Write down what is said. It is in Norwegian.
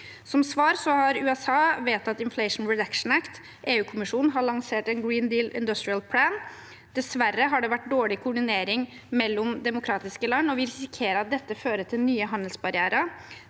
Som svar har USA vedtatt «inflation reduction act». EU-kommisjonen har lansert en «green deal industrial plan». Dessverre har det vært dårlig koordinering mellom demokratiske land, og vi risikerer at dette fører til nye handelsbarrierer.